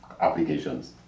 applications